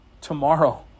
tomorrow